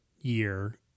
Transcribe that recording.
year